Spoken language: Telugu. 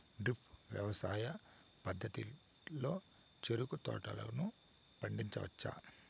డ్రిప్ వ్యవసాయ పద్ధతిలో చెరుకు తోటలను పండించవచ్చా